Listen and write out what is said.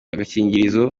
agakingirizo